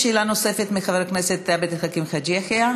שאלה נוספת לחבר הכנסת עבד אל חכים חאג' יחיא.